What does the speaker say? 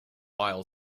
aisle